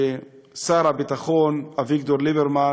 ששר הביטחון אביגדור ליברמן